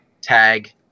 tag